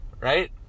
right